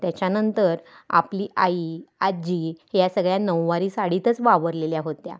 त्याच्यानंतर आपली आई आजी या सगळ्या नऊवारी साडीतच वावरलेल्या होत्या